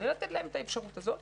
לתת להם את האפשרות הזאת.